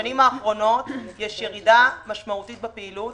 בשנים האחרונות יש ירידה משמעותית בפעילות,